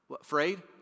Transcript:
Afraid